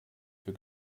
für